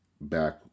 back